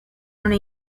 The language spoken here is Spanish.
una